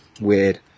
weird